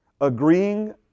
Agreeing